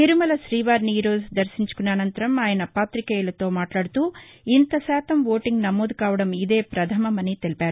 తిరుమల శ్రీవారిని ఈరోజు దర్భించుకున్న అసంతరం ఆయన పాతికేయులతో మాట్లాడుతూ ఇంత శాతం ఓటీంగ్ నమోదుకావడం ఇదే ప్రధమమని తెలిపారు